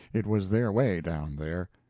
it was their way down there.